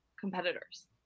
competitors